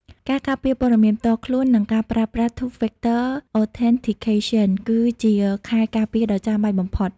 ការការពារព័ត៌មានផ្ទាល់ខ្លួន និងការប្រើប្រាស់ Two-Factor Authentication គឺជាខែលការពារដ៏ចាំបាច់បំផុត។